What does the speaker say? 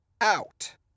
out